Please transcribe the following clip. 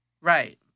Right